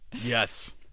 yes